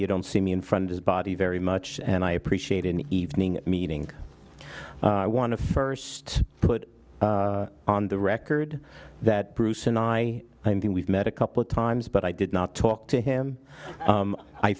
you don't see me in front of his body very much and i appreciate an evening meeting i want to first put on the record that bruce and i i mean we've met a couple of times but i did not talk to him